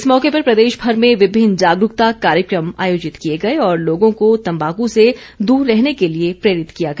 इस मौके पर प्रदेशभर में विभिन्न जागरूकता कार्यक्रम आयोजित किए गए और लोगों को तंबाकू से दूर रहने के लिए प्रेरित किया गया